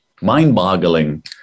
mind-boggling